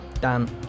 Dan